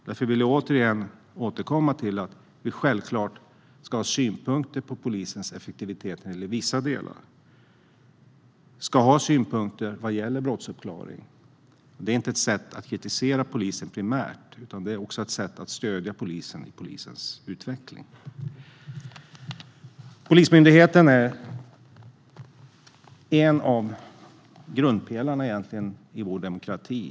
Därför vill jag återkomma till att vi självklart ska ha synpunkter på polisens effektivitet vad gäller vissa delar. Vi ska ha synpunkter vad gäller brottsuppklaring. Det är inte primärt ett sätt att kritisera polisen, utan det är ett sätt att stödja polisen i polisens utveckling. Polismyndigheten är en av grundpelarna i vår demokrati.